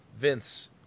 Vince